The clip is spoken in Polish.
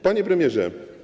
Panie Premierze!